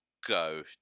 go